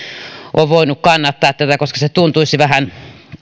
ole voinut kannattaa tätä koska tuntuisi vähän